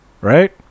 right